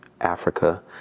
Africa